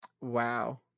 Wow